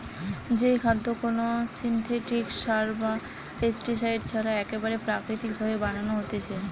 যেই খাদ্য কোনো সিনথেটিক সার বা পেস্টিসাইড ছাড়া একেবারে প্রাকৃতিক ভাবে বানানো হতিছে